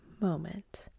moment